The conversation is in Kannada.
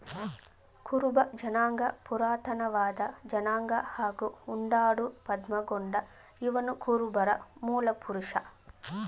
ಕುರುಬ ಜನಾಂಗ ಪುರಾತನವಾದ ಜನಾಂಗ ಹಾಗೂ ಉಂಡಾಡು ಪದ್ಮಗೊಂಡ ಇವನುಕುರುಬರ ಮೂಲಪುರುಷ